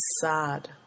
sad